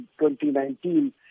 2019